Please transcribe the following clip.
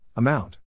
Amount